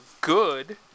good